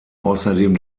außerdem